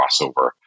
crossover